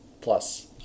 Plus